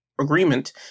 agreement